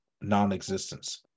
non-existence